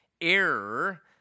error